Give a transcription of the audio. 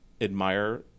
admire